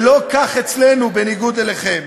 ולא כך אצלנו, בניגוד אליכם.